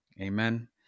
Amen